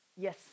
Yes